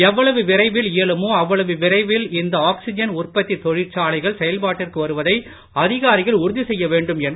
எவ்வளவு விரைவில் இயலுமோ அவ்வளவு விரைவில் இந்த ஆக்ஸிஜன் உற்பத்தி தொழிற்சாலைகள் செயல்பாட்டிற்கு வருவதை அதிகாரிகள் உத்தரவிட்டுள்ளார்